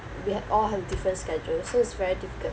we have all have different schedules so it's very difficult